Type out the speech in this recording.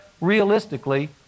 realistically